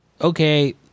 okay –